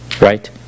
right